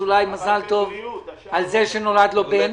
ואני רוצה לאחל לינון אזולאי מזל טוב על כך שנולד לו בן.